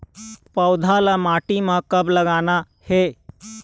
पौधा ला माटी म कब लगाना हे?